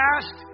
past